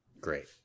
great